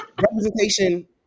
Representation